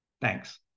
Thanks